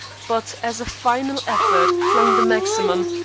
but as a final effort flung the maximum,